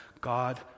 God